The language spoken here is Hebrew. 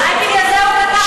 אולי בגלל זה הוא כתב את הדוח,